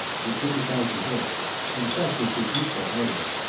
with thirty thousand horse and such was his youthful ardor,